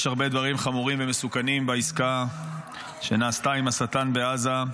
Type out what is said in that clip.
יש הרבה דברים חמורים ומסוכנים בעסקה שנעשתה עם השטן בעזה: